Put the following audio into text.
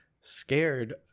scared